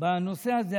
בנושא הזה,